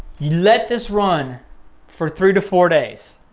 let this run for three to four days.